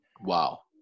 Wow